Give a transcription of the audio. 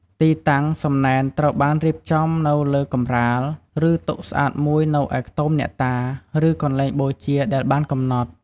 ទីតាំង សំណែនត្រូវបានរៀបចំដាក់នៅលើកម្រាល ឬតុស្អាតមួយនៅឯខ្ទមអ្នកតា ឬកន្លែងបូជាដែលបានកំណត់។